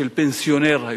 היום פנסיונר,